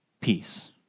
peace